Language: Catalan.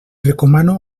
recomano